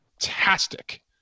fantastic